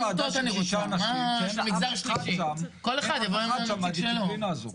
אתה עושה ועדה של שישה אנשים ואין אף אחד שם מהדיסציפלינה הזאת.